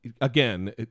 again